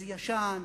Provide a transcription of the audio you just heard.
זה ישן,